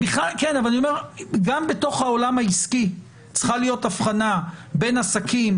גם בעולם העסקי צריכה להיות הבחנה בין עסקים,